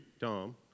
Tom